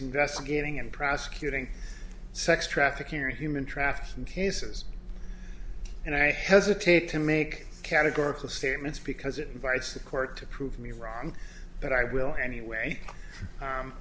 investigating and prosecuting sex trafficking and human trafficking cases and i hesitate to make categorical statements because it invites the court to prove me wrong but i will anyway